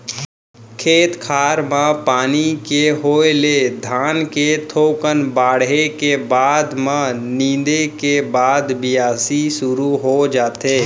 खेत खार म पानी के होय ले धान के थोकन बाढ़े के बाद म नींदे के बाद बियासी सुरू हो जाथे